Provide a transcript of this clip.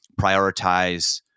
prioritize